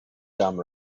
dumb